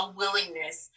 willingness